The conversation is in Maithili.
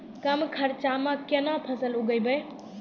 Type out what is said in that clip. कम खर्चा म केना फसल उगैबै?